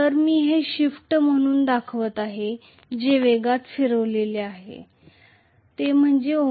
तर मी हे शाफ्ट म्हणून दाखवित आहे जे वेगात फिरवले जात आहे ω